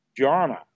jhana